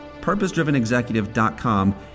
PurposeDrivenExecutive.com